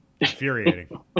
infuriating